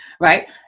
Right